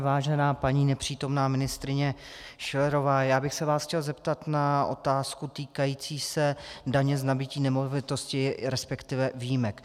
Vážená paní nepřítomná ministryně Schillerová, já bych se vás chtěl zeptat na otázku týkající se daně z nabytí nemovitosti, resp. výjimek.